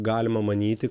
galima manyti